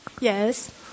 yes